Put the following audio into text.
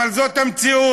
אבל זאת המציאות: